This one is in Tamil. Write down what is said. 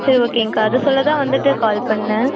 சரி ஓகேங்க்கா அது சொல்ல தான் வந்துட்டு கால் பண்ணிணேன்